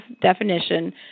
definition